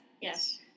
Yes